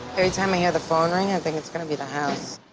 every time i hear the phone ring i think it's gonna be the house.